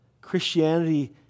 Christianity